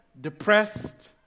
depressed